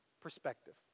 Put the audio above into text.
perspective